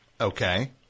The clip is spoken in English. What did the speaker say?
Okay